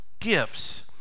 Gifts